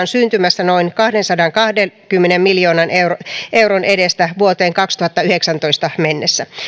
syntymässä noin kahdensadankahdenkymmenen miljoonan euron euron edestä vuoteen kaksituhattayhdeksäntoista mennessä